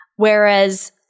Whereas